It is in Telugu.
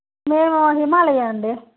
నేను హిమాలయా అండి